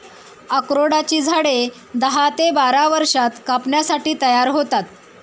अक्रोडाची झाडे दहा ते बारा वर्षांत कापणीसाठी तयार होतात